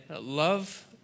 love